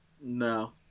No